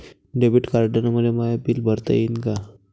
Debit कार्डानं मले माय बिल भरता येईन का?